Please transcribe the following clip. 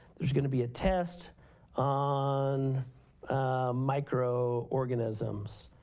there's going to be a test on microorganisms.